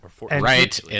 right